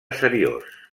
seriós